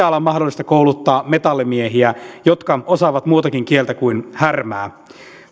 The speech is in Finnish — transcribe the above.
olla mahdollista kouluttaa metallimiehiä jotka osaavat muutakin kieltä kuin härmää